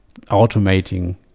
automating